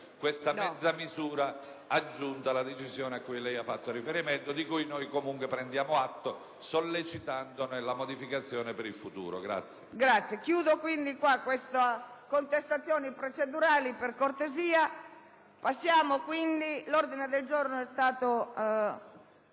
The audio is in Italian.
questa mezza misura aggiunta alla decisione cui lei ha fatto riferimento, di cui comunque prendiamo atto, sollecitandone la modificazione per il futuro.